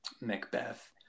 macbeth